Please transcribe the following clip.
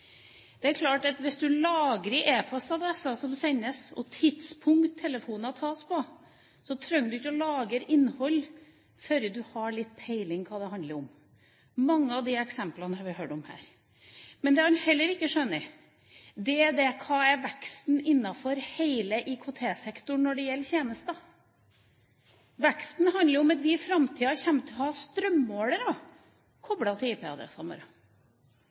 Det er klart at hvis du lagrer e-postadresser som sendes, og tidspunkt telefoner tas på, så trenger du ikke lagre innhold før du har litt peiling på hva det handler om. Mange av de eksemplene har vi hørt om her. Men det han heller ikke skjønner, er dette: Hva er veksten innenfor hele IKT-sektoren når det gjelder tjenester? Veksten handler om at vi i framtiden kommer til å ha strømmålere koblet til